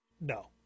No